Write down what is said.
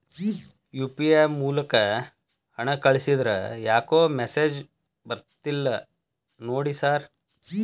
UPI ಮೂಲಕ ಹಣ ಕಳಿಸಿದ್ರ ಯಾಕೋ ಮೆಸೇಜ್ ಬರ್ತಿಲ್ಲ ನೋಡಿ ಸರ್?